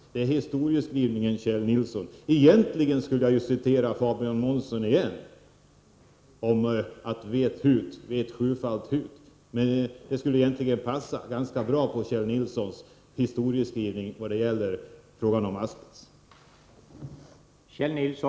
Det är historieskrivningen, Kjell Nilsson. Egentligen borde jag citera Fabian Månsson igen och säga: Vet hut, vet sjufalt hut! Det skulle passa ganska bra på Kjell Nilssons historieskrivning vad gäller frågan om asbest.